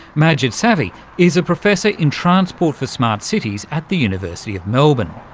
majid sarvi is a professor in transport for smart cities at the university of melbourne.